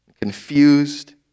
confused